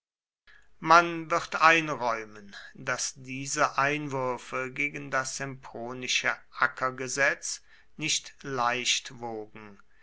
man wird einräumen daß diese einwürfe gegen das sempronische ackergesetz nicht leicht wogen